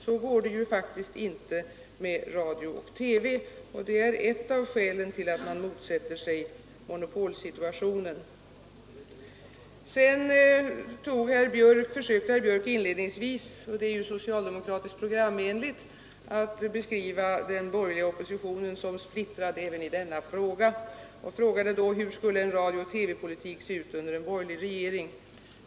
Så går det faktiskt inte till i radio och TV, och det är ett av skälen till att motsätta sig monopolsituationen. Inledningsvis försökte herr Björk — och det är ju programenligt för en socialdemokrat — att beskriva den borgerliga oppositionen som splittrad även i denna fråga. Han sade: Hur skulle en radiooch TV-politik se ut under en borgerlig regering?